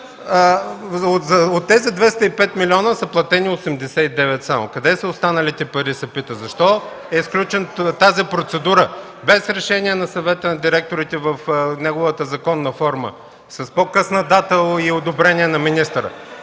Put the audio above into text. От тези 205 милиона са платени само 89 млн. лв. Пита се: къде са останалите пари? Защо е сключена тази процедура без решение на Съвета на директорите в неговата законна форма, с по-късна дата и одобрение от министъра?!